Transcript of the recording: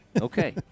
Okay